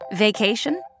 Vacation